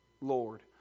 lord